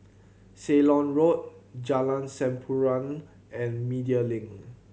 Ceylon Road Jalan Sampurna and Media Link